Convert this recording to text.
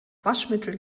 waschmittel